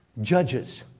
judges